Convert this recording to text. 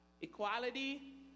equality